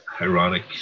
ironic